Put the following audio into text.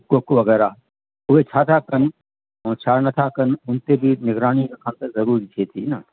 cook वग़ैरह उहे छा था कनि ऐं छा नथा कनि हुन ते बि निगराणी रखण त ज़रूरी थिए थी न